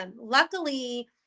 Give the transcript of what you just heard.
Luckily